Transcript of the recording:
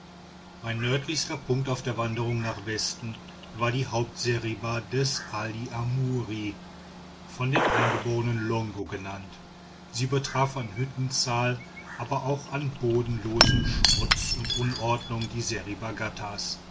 mein nördlichster punkt auf der wanderung nach westen war die hauptseriba des ali amuri von den eingeborenen longo genannt sie übertraf an hüttenzahl aber auch an bodenlosem schmutz und unordnung die seriba